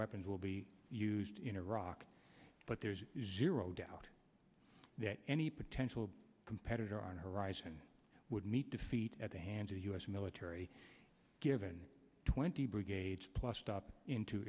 weapons will be used in iraq but there is zero doubt that any potential competitor on horizon would meet defeat at the hands of the us military given twenty brigades plus stop into